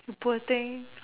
poor thing